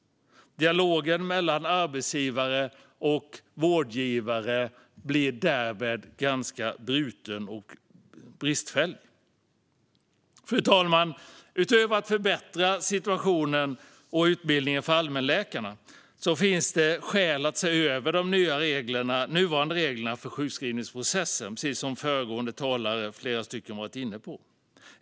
Dialogen mellan arbetsgivare och vårdgivare blir därmed bruten och ganska bristfällig. Fru talman! Utöver att förbättra situationen och utbildningen för allmänläkarna finns det skäl att se över de nuvarande reglerna för sjukskrivningsprocessen, precis som flera av de föregående talarna varit inne på.